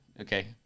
okay